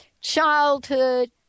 childhood